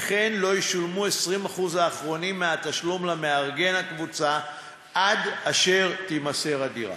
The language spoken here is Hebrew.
ולא ישולמו ה-20% האחרונים מהתשלום למארגן הקבוצה עד אשר תימסר הדירה.